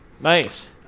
Nice